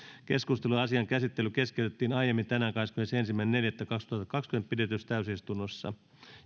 keskustelu ja asian käsittely keskeytettiin aiemmin tänään kahdeskymmenesensimmäinen neljättä kaksituhattakaksikymmentä pidetyssä täysistunnossa